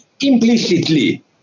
implicitly